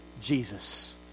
Jesus